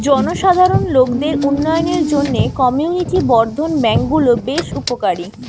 জনসাধারণ লোকদের উন্নয়নের জন্যে কমিউনিটি বর্ধন ব্যাংক গুলো বেশ উপকারী